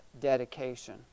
dedication